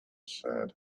said